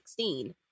2016